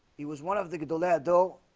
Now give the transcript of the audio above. he was one of the good ol dad though